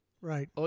Right